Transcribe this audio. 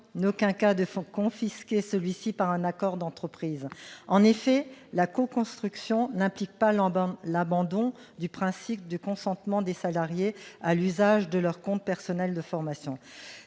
en aucun cas de confisquer celui-ci par un accord d'entreprise. En effet, la coconstruction n'implique pas l'abandon du principe du consentement des salariés à l'usage de leur compte personnel de formation.